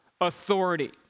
Authority